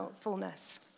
fullness